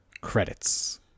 Credits